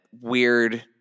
weird